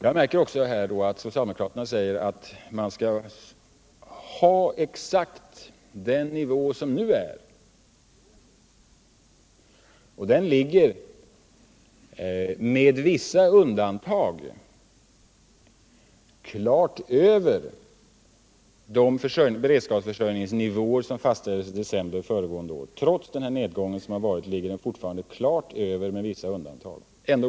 Jag märker också att socialdemokraterna säger att man skall ha exakt samma nivå i fortsättningen som nu och att den med vissa undantag ligger klart över de beredskapsförsörjningsnivåer som fastställdes i december föregående år. — Trots den nedgång som varit ligger produktionen, med vissa undantag, klart över den nivån!